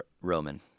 Roman